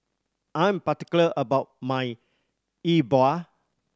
I'm particular about my Yi Bua